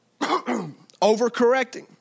Overcorrecting